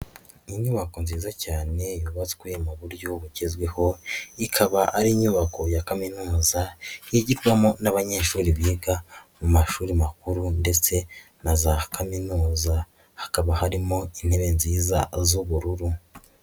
Inyubako nziza cyane yubatswe mu buryo bugezweho, ikaba ari inyubako ya kaminuza yigirwamo n'abanyeshuri biga mu mashuri makuru ndetse na za kaminuza hakaba harimo intebe nziza z'ubururu.